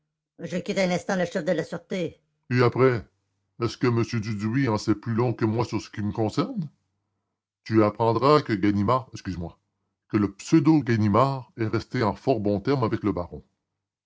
je quitte à l'instant le chef de la sûreté et après est-ce que m dudouis en sait plus long que moi sur ce qui me concerne vous apprendrez que ganimard excusez moi que le pseudo ganimard est resté en fort bons termes avec le baron